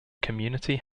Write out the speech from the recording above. community